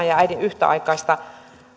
ja äidin yhtäaikaista